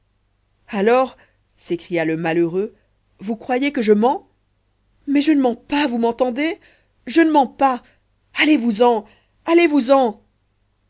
alors s'écria le malheureux vous croyez que je mens mais je ne mens pas vous m'entendez je ne mens pas allez-vousen allez-vous-en